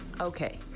Okay